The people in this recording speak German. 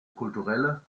kulturelle